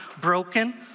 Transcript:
broken